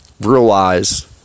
realize